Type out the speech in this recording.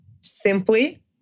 simply